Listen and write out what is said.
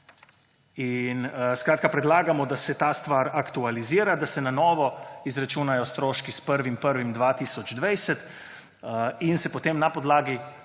Skratka, predlagamo, da se ta stvar aktualizira, da se na novo izračunajo stroški s 1. 1. 2020 in se potem na podlagi